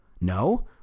No